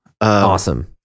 Awesome